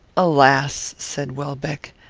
alas! said welbeck,